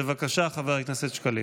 בבקשה, חבר הכנסת שקלים.